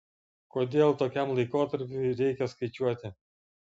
kodėl tokiam laikotarpiui reikia skaičiuoti